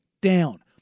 down